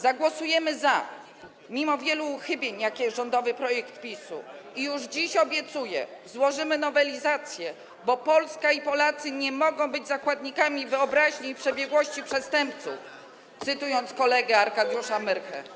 Zagłosujemy za, mimo wielu uchybień, jakie zawiera rządowy projekt PiS-u, i już dziś obiecuję: złożymy nowelizację, bo Polska i Polacy nie mogą być zakładnikami wyobraźni i przebiegłości przestępców, cytując kolegę Arkadiusza Myrchę.